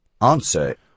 Answer